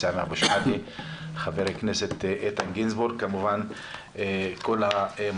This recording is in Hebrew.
חבר הכנסת סמי אבו שחאדה,